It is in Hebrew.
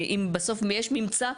אם בסוף יש ממצא,